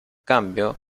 cambio